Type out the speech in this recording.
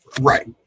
Right